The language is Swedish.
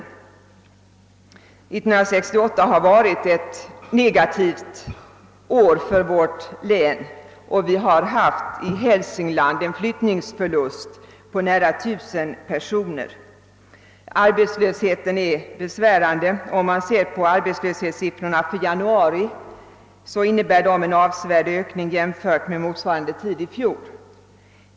År 1968 var för vårt län ett negativt år. I Hälsingland har vi noterat en flyttningsförlust på nära 1 000 personer, och arbetslösheten är besvärande. Siffrorna över arbetslösheten var i januari avsevärt högre än motsvarande siffror i fjol.